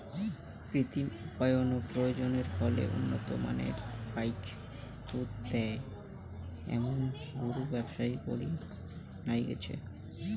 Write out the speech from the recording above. কৃত্রিম উপায়ত প্রজননের ফলে উন্নত মানের ফাইক দুধ দেয় এ্যামুন গরুর ব্যবসা করির নাইগচে